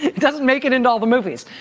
it it doesn't make it into all the movies.